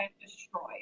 destroyed